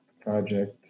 project